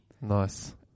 Nice